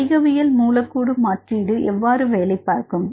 படிகவியல் மூலக்கூறு மாற்றீடு எவ்வாறு வேலை பார்க்கும்